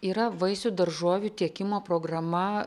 yra vaisių daržovių tiekimo programa